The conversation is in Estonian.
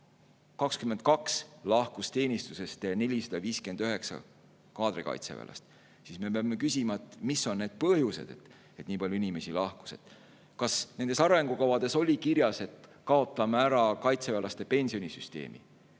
lahkus teenistusest 459 kaadrikaitseväelast, siis me peame küsima, mis on need põhjused, et nii palju inimesi lahkus. Kas arengukavades oli kirjas, et kaotame ära kaitseväelaste pensionisüsteemi?